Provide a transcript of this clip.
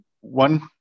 one